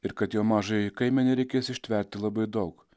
ir kad jo mažajai kaimenei reikės ištverti labai daug